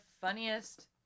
funniest